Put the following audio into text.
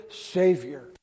Savior